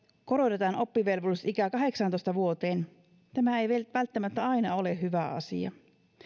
korotetaan oppivelvollisuusikä kahdeksaantoista vuoteen tämä ei välttämättä aina ole hyvä asia